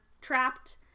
trapped